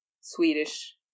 Swedish